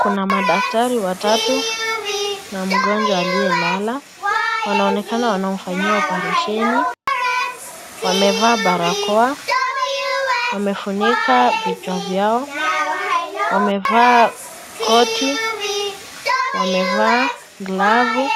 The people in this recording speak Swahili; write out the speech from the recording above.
Kuna daktari watatu na mgonjwa aliyelala, yaonekana wanamfanyia oparesheni, wamevaa barakoa, wamefunika vichwa vyao, wamevaa koti, wamevaa galavu ,